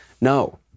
No